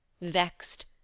Vexed